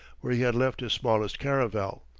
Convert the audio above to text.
where he had left his smallest caravel.